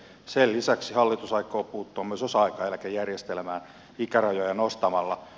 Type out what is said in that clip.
sen lisäksi hallitus aikoo puuttua myös osa aikaeläkejärjestelmään ikärajoja nostamalla